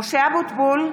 משה אבוטבול,